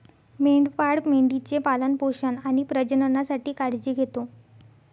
मेंढपाळ मेंढी चे पालन पोषण आणि प्रजननासाठी काळजी घेतो